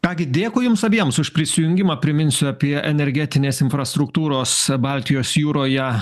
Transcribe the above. ką gi dėkui jums abiems už prisijungimą priminsiu apie energetinės infrastruktūros baltijos jūroje